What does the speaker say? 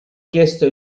chiesto